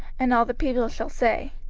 and all the people shall say,